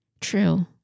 True